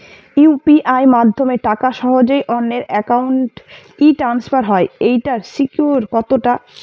UPI মাধ্যমে টাকা সহজেই অন্যের অ্যাকাউন্ট ই ট্রান্সফার হয় এইটার সিকিউর কত টা?